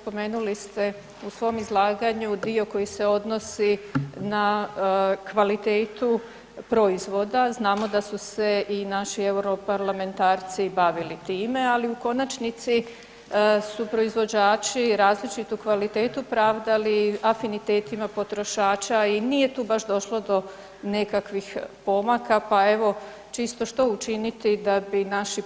Spomenuli ste u svom izlaganju dio koji se odnosi na kvalitetu proizvoda, znamo da su se i naši europarlamentarci baviti time, ali u konačnici su proizvođači različitu kvalitetu pravdali afinitetima potrošača i nije tu baš došlo do nekakvih pomaka, pa evo čisto što učiniti da bi naši